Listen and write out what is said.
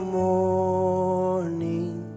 morning